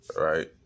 right